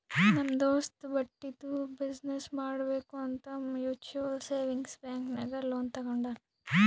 ನಮ್ ದೋಸ್ತ ಬಟ್ಟಿದು ಬಿಸಿನ್ನೆಸ್ ಮಾಡ್ಬೇಕ್ ಅಂತ್ ಮ್ಯುಚುವಲ್ ಸೇವಿಂಗ್ಸ್ ಬ್ಯಾಂಕ್ ನಾಗ್ ಲೋನ್ ತಗೊಂಡಾನ್